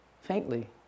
faintly